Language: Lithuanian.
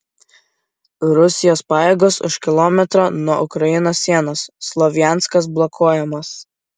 rusijos pajėgos už kilometro nuo ukrainos sienos slovjanskas blokuojamas